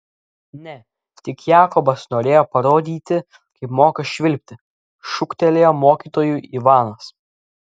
ne tik jakobas norėjo parodyti kaip moka švilpti šūktelėjo mokytojui ivanas